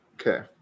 Okay